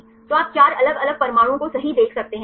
तो आप चार अलग अलग परमाणुओं को सही देख सकते हैंसही